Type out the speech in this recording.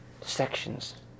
Sections